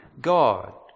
God